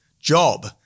job